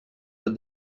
that